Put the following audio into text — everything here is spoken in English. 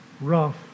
rough